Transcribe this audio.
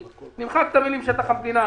נמחק את המילים "שטח המדינה",